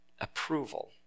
approval